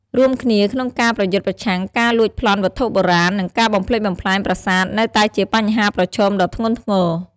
រួមគ្នាក្នងការប្រយុទ្ធប្រឆាំងការលួចប្លន់វត្ថុបុរាណ និងការបំផ្លិចបំផ្លាញប្រាសាទនៅតែជាបញ្ហាប្រឈមដ៏ធ្ងន់ធ្ងរ។